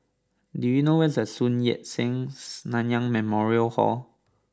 do you know where is Sun Yat Sen Nanyang Memorial Hall